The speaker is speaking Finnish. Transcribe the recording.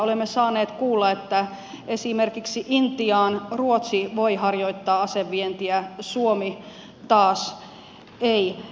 olemme saaneet kuulla että esimerkiksi intiaan ruotsi voi harjoittaa asevientiä suomi taas ei